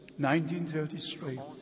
1933